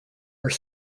are